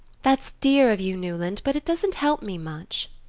that's dear of you, newland but it doesn't help me much.